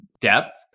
depth